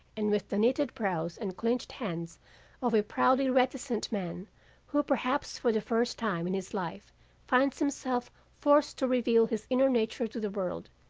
and with the knitted brows and clinched hands of a proudly reticent man who, perhaps for the first time in his life finds himself forced to reveal his inner nature to the world,